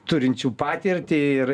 turinčių patirtį ir